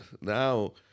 Now